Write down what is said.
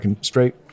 Straight